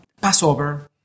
Passover